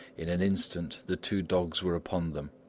in an instant, the two dogs were upon them,